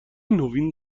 نوین